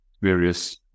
various